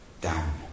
down